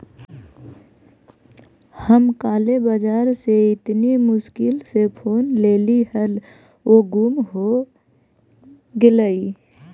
हम काले बाजार से इतनी मुश्किल से फोन लेली हल वो गुम हो गेलई